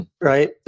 Right